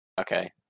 okay